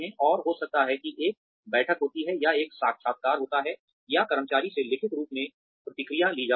और हो सकता है कि एक बैठक होती है या एक साक्षात्कार होता है या कर्मचारियों से लिखित रूप में प्रतिक्रिया ली जाती है